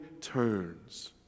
turns